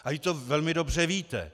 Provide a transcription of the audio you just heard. A vy to velmi dobře víte.